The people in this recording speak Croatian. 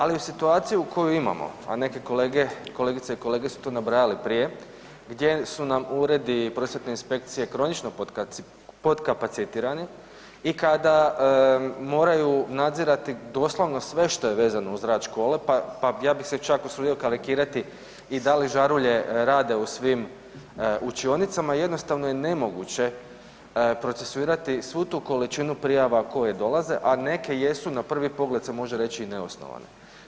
Ali u situaciji koju imamo, a neke kolege, kolegice i kolege su tu nabrajali prije gdje su nam uredi prosvjetne inspekcije kronično potkapacitirani i kada moraju nadzirati doslovno sve što je vezano uz rad škole pa ja bi se čak usudio karikirati i da li žarulje rade u svim učionicama, jednostavno je nemoguće procesuirati svu tu količinu prijava koje dolaze, a neke jesu na prvi pogled se može reći i neosnovane.